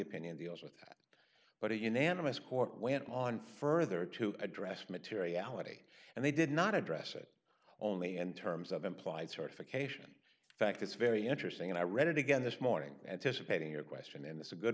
opinion deals with that but a unanimous court went on further to address materiality and they did not address it only in terms of implied certification fact it's very interesting and i read it again this morning and to supporting your question and it's a good